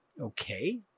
Okay